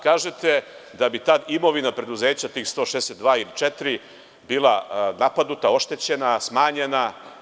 Kažete da bi tada imovina preduzeća, tih 164, bila napadnuta, oštećena, smanjena.